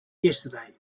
yesterday